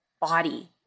body